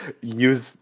use